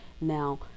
now